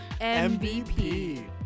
MVP